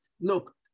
Look